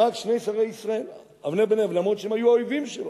הרג שני שרי ישראל, אומנם הם היו אויבים שלו,